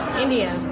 india.